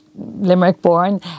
Limerick-born